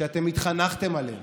שאתם התחנכתם עליהם,